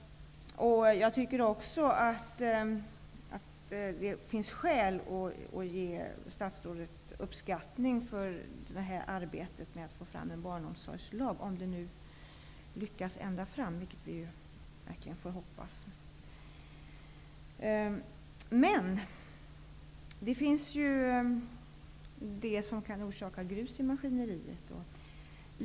Jag tycker att det finns skäl att ge statsrådet uppskattning för arbetet med att ta fram en barnomsorgslag, om det nu lyckas ända fram, vilket vi verkligen får hoppas. Det finns ju sådant som kan orsaka grus i maskineriet.